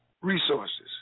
resources